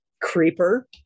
Creeper